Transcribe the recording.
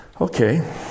Okay